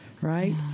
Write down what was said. right